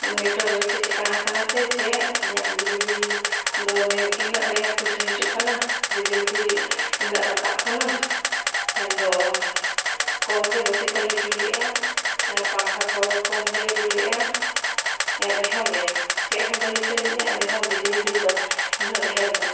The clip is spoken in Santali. ᱢᱤᱴᱟᱨ ᱨᱮ ᱪᱮᱫ ᱪᱤᱠᱟ ᱟᱠᱟᱱᱟ ᱪᱮ ᱪᱮᱫ ᱤᱧᱟᱹᱜ ᱵᱤᱡᱽᱞᱤ ᱵᱤᱞ ᱫᱚ ᱤᱱᱟᱹᱜ ᱰᱷᱮᱹᱨ ᱯᱩᱭᱥᱟᱹ ᱦᱤᱡᱩᱜ ᱠᱟᱱᱟ ᱵᱤᱡᱽᱞᱤ ᱵᱤᱞ ᱤᱱᱟᱹᱜ ᱨᱟᱠᱟᱵ ᱠᱟᱱᱟ ᱢᱮᱱᱫᱚ ᱠᱚᱢ ᱜᱮ ᱵᱟᱹᱛᱤ ᱠᱚᱞᱮ ᱡᱩᱞᱮᱜᱼᱟ ᱯᱟᱝᱠᱷᱟ ᱠᱚ ᱠᱚᱢ ᱜᱮᱞᱮ ᱡᱩᱞ ᱮᱜᱼᱟ ᱮᱱᱨᱮᱦᱚᱸ ᱜᱮ ᱪᱮᱫ ᱦᱚᱸ ᱵᱚᱞᱮ ᱪᱟᱹᱞᱩᱭᱮᱜᱼᱟ ᱮᱱᱨᱮᱦᱚᱸ ᱵᱤᱡᱽᱞᱤ ᱵᱤᱞ ᱫᱚ ᱤᱱᱟᱹᱜ ᱰᱷᱮᱹᱨ